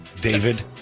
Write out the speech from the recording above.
David